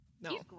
No